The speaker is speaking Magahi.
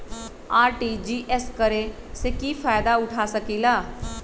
आर.टी.जी.एस करे से की फायदा उठा सकीला?